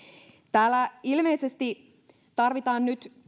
täällä ilmeisesti tarvitaan nyt